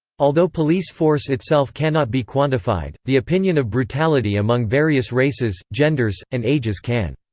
although police force itself cannot be quantified, the opinion of brutality among various races, genders, and ages can.